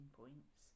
points